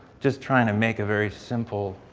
just trying to make a very simple